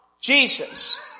Jesus